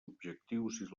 objectius